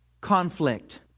conflict